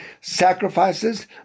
sacrifices